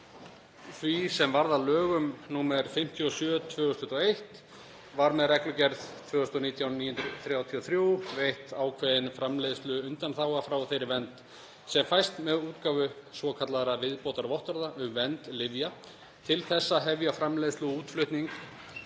því sem varð að lögum nr. 57/2021 var með reglugerð 2019/933 veitt ákveðin framleiðsluundanþága frá þeirri vernd sem fæst með útgáfu svokallaðra viðbótarvottorða um vernd lyfja til þess að hefja framleiðslu og útflutning